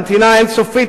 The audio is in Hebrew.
בנתינה האין-סופית,